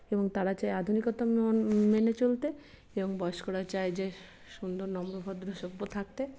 এবং তারা চায় আধুনিকতা মেনে চলতে এবং বয়স্করা চায় যে সুন্দর নম্র ভদ্র সভ্য থাকতে